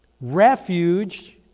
refuge